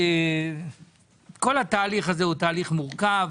כל התהליך הזה הוא תהליך מורכב,